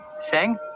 Sing